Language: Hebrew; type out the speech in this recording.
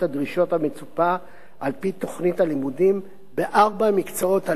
הדרישות המצופה על-פי תוכנית הלימודים בארבעת מקצועות הליבה: